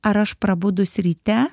ar aš prabudus ryte